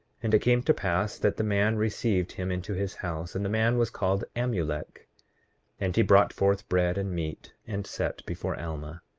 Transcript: and it came to pass that the man received him into his house and the man was called amulek and he brought forth bread and meat and set before alma.